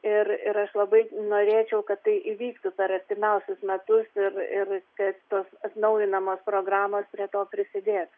ir ir aš labai norėčiau kad tai įvyktų per artimiausius metus ir ir kad tos atnaujinamos programos prie to prisidėtų